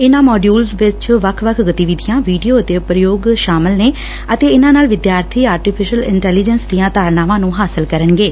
ਇਨਾਂ ਮੋਡਿਉਲਸ ਵਿਚ ਵੱਖ ਵੱਖ ਗਤੀਵਿਧੀਆਂ ਵੀਡੀਓ ਅਤੇ ਪ੍ਯੋਗ ਸਲਾਮ ਨੇ ਅਤੇ ਇਨੂਾਂ ਨਾਲ ਵਿਦਿਆਰਥੀ ਆਰਟੀਫਿਸ਼ਲ ਇੰਨਟੈਲੀਜੈਸ ਦੀਆਂ ਧਾਰਨਾਵਾਂ ਨੂੰ ਹਾਸਲ ਕਰਨਗੇ